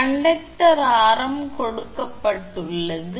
conductor ஆரம் கொடுக்கப்பட்டுள்ளது